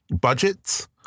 budgets